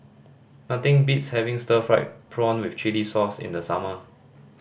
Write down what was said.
nothing beats having stir fried prawn with chili sauce in the summer